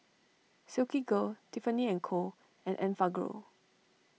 Silkygirl Tiffany and Co and Enfagrow